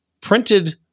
printed